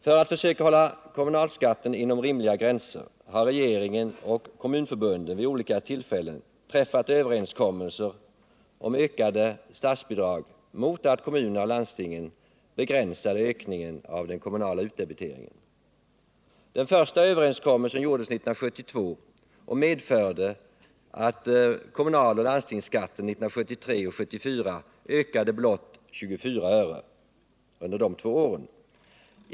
För att försöka hålla kommunalskatten inom rimliga gränser har regeringen och kommunförbunden vid olika tillfällen träffat överenskommelser om ökat statsbidrag, mot att kommunerna och landstingen begränsade ökningen av den kommunala utdebiteringen. Den första överenskommelsen gjordes 1972 och medförde att kommunaloch landstingsskatten 1973 och 1974 ökade blott 24 öre totalt under de två åren.